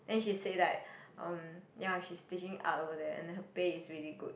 then she say like um ya she's teaching art over there and then her pay is really good